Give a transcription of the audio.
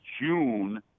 June